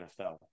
NFL